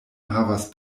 havas